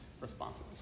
responses